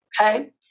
okay